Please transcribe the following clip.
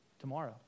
tomorrow